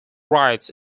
rights